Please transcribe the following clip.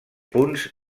punts